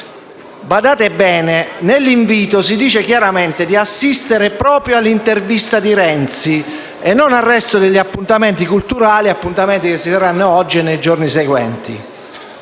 Badate bene che nell'invito si dice chiaramente di assistere proprio all'intervista di Renzi e non al resto degli appuntamenti culturali che si terranno oggi e nei giorni seguenti.